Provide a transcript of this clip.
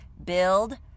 build